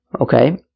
Okay